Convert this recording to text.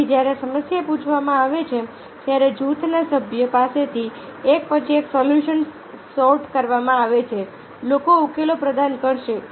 તેથી જ્યારે સમસ્યા પૂછવામાં આવે છે ત્યારે જૂથના સભ્યો પાસેથી એક પછી એક સોલ્યુશન સોર્ટ કરવામાં આવે છે લોકો ઉકેલો પ્રદાન કરશે